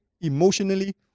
emotionally